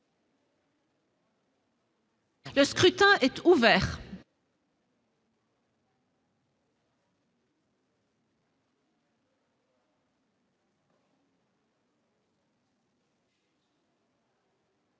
Le scrutin est ouvert.